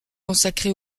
consacré